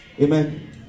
Amen